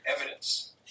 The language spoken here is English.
evidence